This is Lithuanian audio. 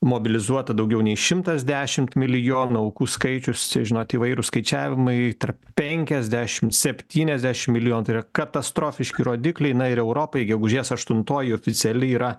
mobilizuota daugiau nei šimtas dešimt milijonų aukų skaičius čia žinot įvairūs skaičiavimai tarp penkiasdešimt septyniasdešimt milijonų tai yra katastrofiški rodikliai na ir europai gegužės aštuntoji oficiali yra